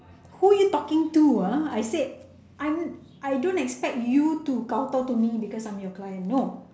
who you talking to ah I said I I don't expect you to kowtow to me because I am your client know